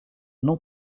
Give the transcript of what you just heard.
non